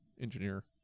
engineer